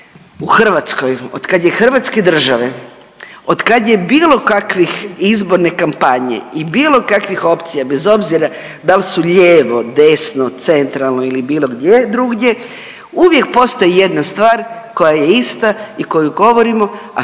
u Hrvatskoj od kad je Hrvatske države, od kad je bilo kakvih izborne kampanje i bilo kakvih opcija bez obzira da li su lijevo, desno, centralno ili bilo gdje drugdje uvijek postoji jedna stvar koja je ista i koju govorimo, a to